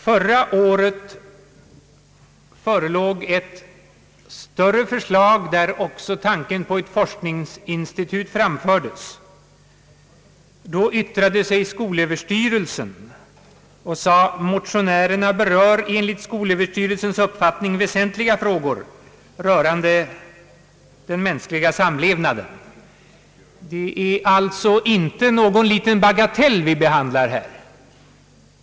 Förra året förelåg ett större förslag, där även tanken på ett forskningsinstitut framfördes. Då yttrade sig skolöverstyrelsen och framhöll, att motionärerna enligt dess uppfattning berörde väsentliga frågor rörande den mänskliga samlevnaden. Det är alltså inte någon bagatell som vi här behandlar.